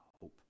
hope